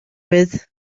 with